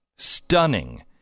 Stunning